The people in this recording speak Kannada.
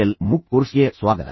ಎಲ್ ಮೂಕ್ ಕೋರ್ಸ್ ಗೆ ಮತ್ತೆ ಸ್ವಾಗತ